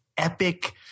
epic